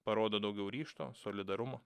parodo daugiau ryžto solidarumo